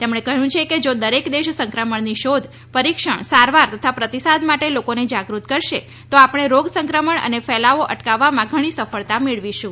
તેમણે કહ્વું કે જો દરેક દેશ સંક્રમણની શોધ પરીક્ષણ સારવાર તથા પ્રતિસાદ માટે લોકોને જાગૃત કરશે તો આપણે રોગ સંક્રમણ અને ફેલાવો અટકાવવામાં ઘણી સફળતા મેળવીશું